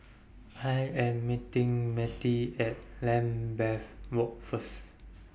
I Am meeting Mettie At Lambeth Walk First